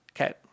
Okay